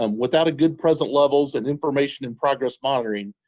um without a good present levels and information and progress monitoring,